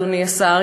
אדוני השר,